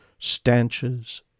stanches